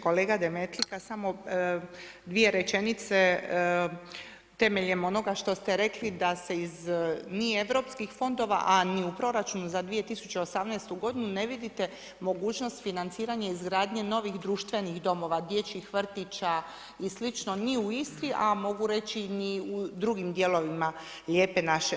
Kolega Demetlika, samo dvije rečenice temeljem onoga što ste rekli da se ni iz europskih fondova, a ni u proračunu za 2018. godinu ne vidite mogućnost financiranje izgradnje novih društvenih domova, dječjih vrtića i slično ni u Istri, a mogu reći ni u drugim dijelovima Lijepe naše.